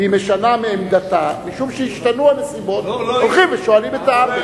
והיא משנה מעמדתה משום שהשתנו הנסיבות הולכים ושואלים את העם,